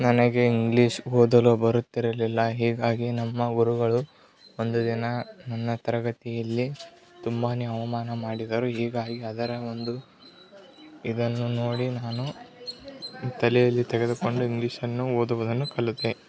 ನನಗೆ ಇಂಗ್ಲಿಷ್ ಓದಲು ಬರುತ್ತಿರಲಿಲ್ಲ ಹೀಗಾಗಿ ನಮ್ಮ ಗುರುಗಳು ಒಂದು ದಿನ ನನ್ನ ತರಗತಿಯಲ್ಲಿ ತುಂಬಾ ಅವಮಾನ ಮಾಡಿದರು ಹೀಗಾಗಿ ಅದರ ಒಂದು ಇದನ್ನು ನೋಡಿ ನಾನು ತಲೆಯಲ್ಲಿ ತೆಗೆದುಕೊಂಡು ಇಂಗ್ಲೀಷನ್ನು ಓದುವುದನ್ನು ಕಲಿತೆ